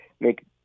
make